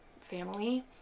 family